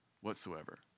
whatsoever